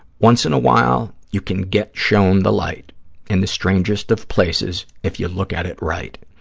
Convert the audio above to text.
once in a while you can get shown the light in the strangest of places if you look at it right.